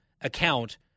account